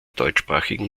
deutschsprachigen